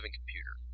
computer